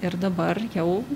ir dabar jau